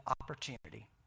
Opportunity